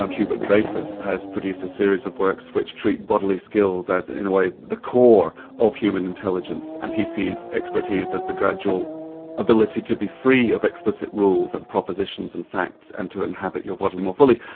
um hubert dreyfus has produced a series of works which treat bodily skills as, in a way, the core of human intelligence, and he sees expertise as the gradual ability to be free of explicit rules and propositions and facts and to inhabit your body more fully.